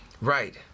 Right